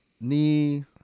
knee